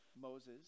Moses